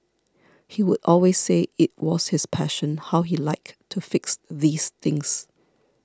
he would always say it was his passion how he liked to fix these things